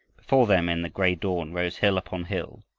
before them in the gray dawn rose hill upon hill,